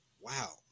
Wow